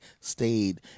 stayed